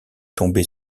tomber